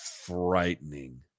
frightening